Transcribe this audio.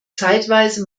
zeitweise